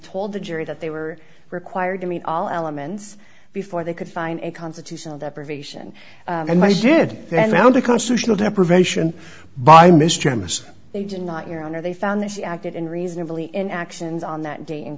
told the jury that they were required to meet all elements before they could find a constitutional deprivation and i did then the constitutional deprivation by mr imus they did not your honor they found that she acted in reasonably in actions on that day in